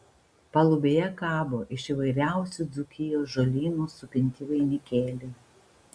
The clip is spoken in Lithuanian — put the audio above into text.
palubėje kabo iš įvairiausių dzūkijos žolynų supinti vainikėliai